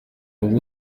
ubundi